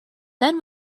then